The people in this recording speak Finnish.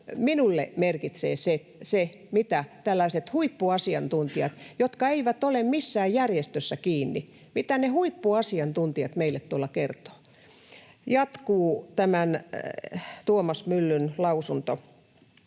minulle merkitsee se, mitä tällaiset huippuasiantuntijat, jotka eivät ole missään järjestössä kiinni, meille tuolla kertovat. Tämän Tuomas Myllyn lausunto